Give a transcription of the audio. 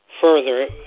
further